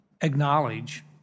acknowledge